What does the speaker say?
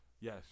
Yes